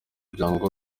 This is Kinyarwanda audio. byanga